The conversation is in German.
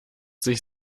sich